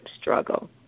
struggle